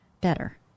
better